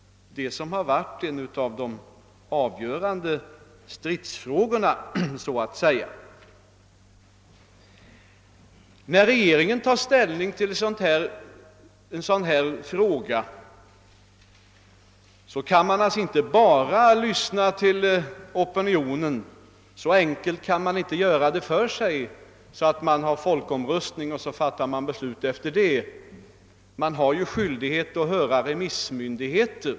Denna punkt har varit en av de avgörande stridsfrågorna. När regeringen tar ställning till en fråga av detta slag kan den naturligtvis inte bara lyssna till opinionen. Man kan helt enkelt inte göra det så enkelt för sig att man anordnar en folkomröstning och sedan fattar sitt beslut på grundval av dennas resultat. Regeringen har ju skyldighet att höra remissinstanser.